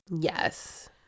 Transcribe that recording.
Yes